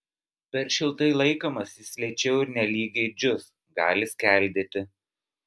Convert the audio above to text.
per šiltai laikomas jis lėčiau ir nelygiai džius gali skeldėti